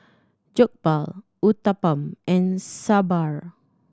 Jokbal Uthapam and Sambar